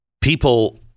people